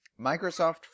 Microsoft